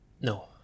No